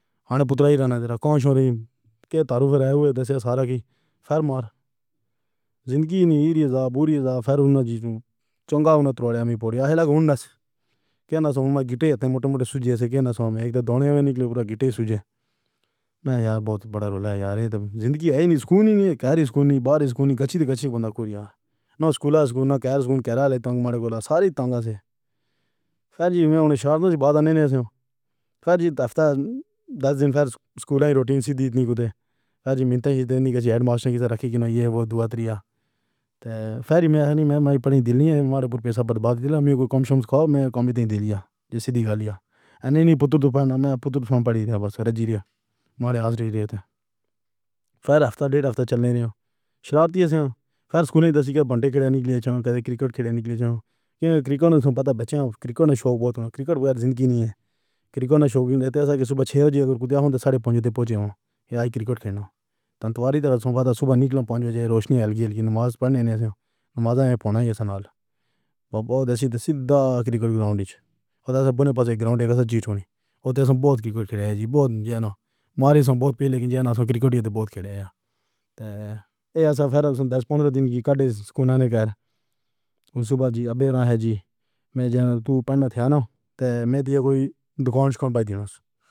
ہاں پُترا ہی رہنے دینا۔ کون سونی کے طور پر ایب ہوئی۔ دیسی سارا کی فرم مار زندگی۔ نیر۔ جاب بُری۔ جاب پھیر اُن جیتو چنگا۔ اُن تروڑیوں میں۔ پوری اصلیہ گھومنے کے لیے گٹے اتنے موٹے موٹے سُوجے سے گرنے کو گٹے سُوجے۔ میں یار بہت بڑا رول ہے یار۔ یے تو زندگی ہے نہیں۔ سکول نہیں کہہ رہی سکول نہیں۔ باہر سکول نہیں۔ کچی تو کچی بندہ ہے۔ نہ سکول سکول کا سکول کر لے تمہارے کول ساری تنگ سے فرزی نہیں چھوڑنے سے فرزی رکھتا۔ دس دن پھر سکول کی روٹین سے تو اتنی کچھ نہیں کہتے۔ ہیڈماسٹر کی طرح کہ یہ دواری ہے۔ پھری میں نہیں میں پڑھی دلی میں۔ پورے پیسے پر بات کرنی ہو تو کم سے کم کھاؤ۔ میں کم ہی نہیں دے رہا ہے سیدھی گالیاں نہیں نہیں پوچھو تو میں تو پڑھ رہا بس ہرجیریا مار آج رہے تھے۔ پھر ہفتہ ڈھیر ہفتہ چلنے دیا۔ شروعات ہی ایسا پھر سے بند کر دیا۔ نہیں چاہا۔ کیا کرکٹ کھلانے کے لیے جاؤ کرکٹ سے پتا بچہ کرکٹ میں شوق بہت کرکٹ بغیر زندگی نہیں ہے۔ کرکٹرز کو بھی رہتا ہے صبح چھ جی اگر ہوتے آٹھ ساڑھے پانچ بجے پہنچے ہو یا کرکٹ کھیلنے۔ تن تو ہر ہی دفعہ صبح نکلا۔ پنج بجے روشنی لگی۔ لگی نماز پڑھنے سے نمازیں پڑھنا ہی سنناٹا۔ بابو دشرت کرکٹ گراؤنڈ کو بنوائے، گراؤنڈ کے پیچھے بہت کرکٹ کھلاڑیاں بھی بہت جان۔ مارے سے بہت پہلے کی جان کرکٹرز نے بہت کھیلا ہے اور یہ سب دس پندرا دن کی گھٹ سکول نے کر صبح جی ابے ہاں جی میں جناب تُو پنڈت ہے نا تو میں کوئی دکان بند پائی جانو۔